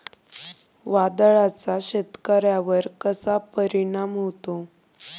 वादळाचा शेतकऱ्यांवर कसा परिणाम होतो?